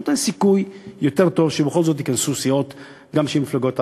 שנותן סיכוי יותר טוב שבכל זאת ייכנסו גם סיעות של מפלגות ערביות,